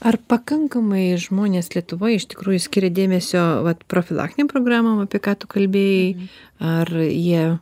ar pakankamai žmonės lietuvoj iš tikrųjų skiria dėmesio vat profilaktinėm programom apie ką tu kalbėjai ar jie